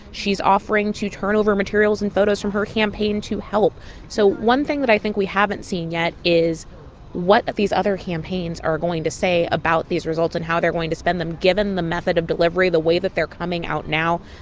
she's offering to turn over materials and photos from her campaign to help so one thing that i think we haven't seen yet is what these other campaigns are going to say about these results and how they're going to spin them. given the method of delivery, the way that they're coming out now,